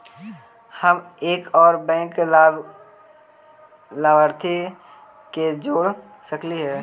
हम एक और बैंक लाभार्थी के जोड़ सकली हे?